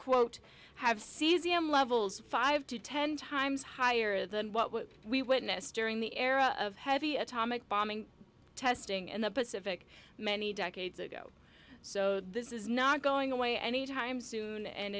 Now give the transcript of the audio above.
quote have cesium levels five to ten times higher than what we witnessed during the era of heavy atomic bombing testing in the pacific many decades ago so this is not going away any time soon and